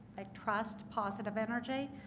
like trust positive energy,